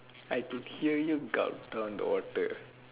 I can hear you gulp down the water eh